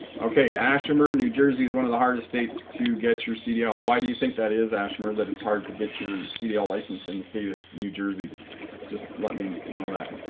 okay ash tumor new jersey is one of the hardest states to get your cdl why do you think that is ashmore that it's hard to get your cdl license in the state of new jersey just let me know that